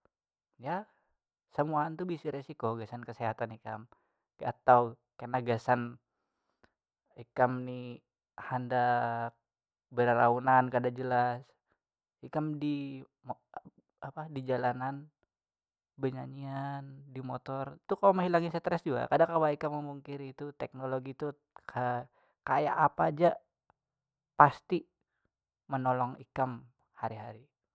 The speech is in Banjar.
Ya semuaan tu beisi resiko gasan kesehatan ikam atau kena gasan ikam ni handak bereraunan kada jelas ikam di- me- ek- apa di jalanan benyanyian di motor tu kawa mehilangi satres jua kada kawa ikam memungkiri itu teknologi tu ke- kaya apa ja pasti menolong ikam hari hari.